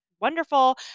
wonderful